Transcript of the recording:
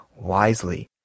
wisely